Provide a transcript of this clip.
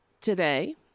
Today